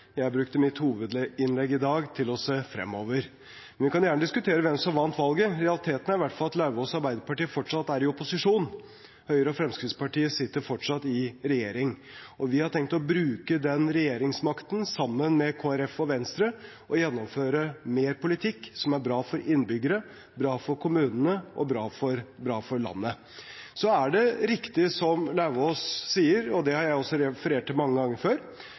Jeg brukte mitt hovedinnlegg i dag til å se fremover. Man kan gjerne diskutere hvem som vant valget. Realiteten er i hvert fall at Lauvås og Arbeiderpartiet fortsatt er i opposisjon. Høyre og Fremskrittspartiet sitter fortsatt i regjering. Vi har tenkt å bruke den regjeringsmakten, sammen med Kristelig Folkeparti og Venstre, til å gjennomføre mer politikk som er bra for innbyggerne, bra for kommunene og bra for landet. Så er det riktig som Lauvås sier, og det har jeg også referert til mange ganger før,